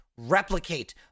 replicate